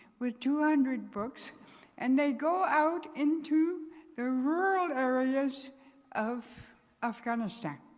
with two hundred books and they go out into the rural areas of afghanistan.